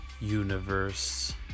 universe